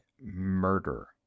murder